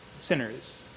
Sinners